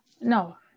No